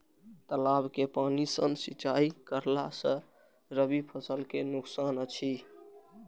तालाब के पानी सँ सिंचाई करला स रबि फसल के नुकसान अछि?